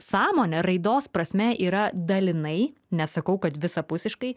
sąmonė raidos prasme yra dalinai nesakau kad visapusiškai